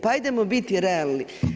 Pa hajdemo biti realni.